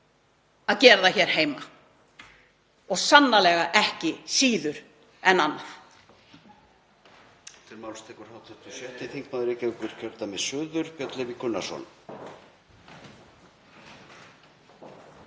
að gera það hér heima og sannarlega ekki síður en annað.